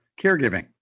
caregiving